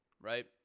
right